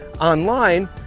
online